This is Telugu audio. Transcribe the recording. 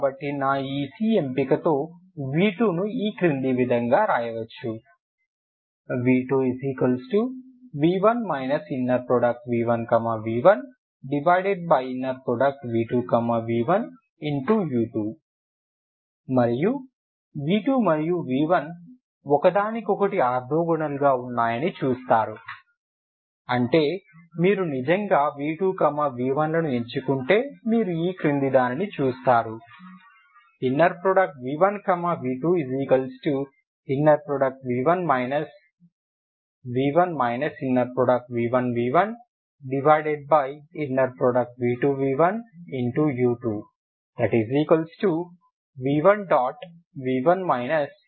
కాబట్టి నా ఈ c ఎంపికతో v2ను ఈ క్రింది విధంగా రాయవచ్చు v2v1 v1v1u2v1 u2 మీరు v2 మరియు v1 ఒకదానికొకటి ఆర్తోగోనల్ గా ఉన్నాయని చూస్తారు అంటే మీరు నిజంగా v2v1 లని ఎంచుకుంటే మీరు ఈ క్రింది దానిని చూస్తారు v1v2v1v1 v1v1u2v1 u2 v1